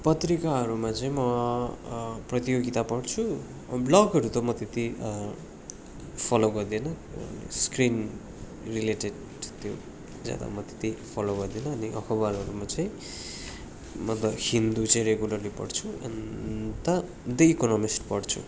पत्रिकाहरूमा चाहिँ म प्रतियोगिता पढ्छु ब्लगहरू त म त्यति फोलो गर्दिनँ स्क्रिन रिलेटेड त्यो ज्यादा म त त्यति फोलो गर्दिनँ अनि अखबारहरूमा चाहिँ म द हिन्दू चाहिँ रेगुलरली पढ्छु एन्ड त दि इकोनोमिस्ट पढ्छु